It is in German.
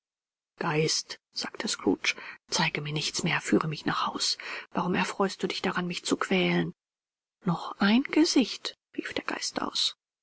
geist sagte scrooge zeige mir nichts mehr führe mich nach haus warum erfreust du dich daran mich zu quälen noch ein gesicht rief der geist aus